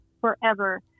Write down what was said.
forever